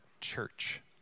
church